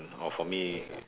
orh for me